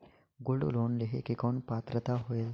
Gold loan लेहे के कौन पात्रता होएल?